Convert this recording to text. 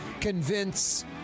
convince